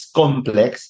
complex